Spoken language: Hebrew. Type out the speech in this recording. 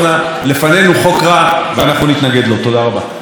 חבר הכנסת מאיר כהן, גם לך יש עד חמש דקות.